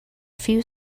few